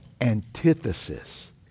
antithesis